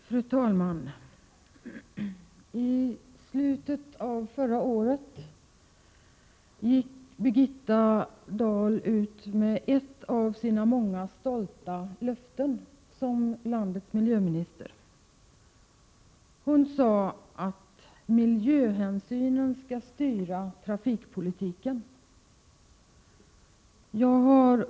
Fru talman! I slutet av förra året gick Birgitta Dahl i egenskap av landets miljöminister ut med ett av sina många stolta löften. Hon sade nämligen att miljöhänsynen skulle styra trafikpolitiken.